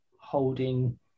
holding